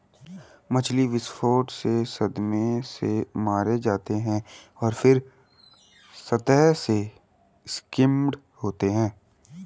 मछली विस्फोट से सदमे से मारे जाते हैं और फिर सतह से स्किम्ड होते हैं